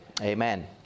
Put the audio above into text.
Amen